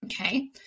okay